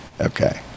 Okay